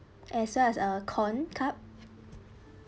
as well as uh corn cup